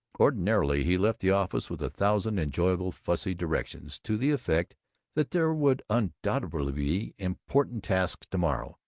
ordinarily he left the office with a thousand enjoyable fussy directions to the effect that there would undoubtedly be important tasks to-morrow,